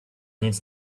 needs